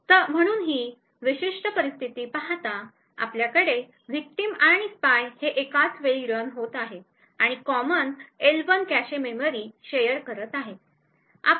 म्हणून ही विशिष्ट परिस्थिती पाहता आपल्याकडे विक्टिम आणि स्पाय हे एकाच वेळी रन होत आहे आणि common L 1 cache memory share करत आहेत